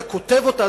אתה כותב אותה,